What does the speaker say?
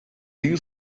you